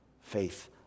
faith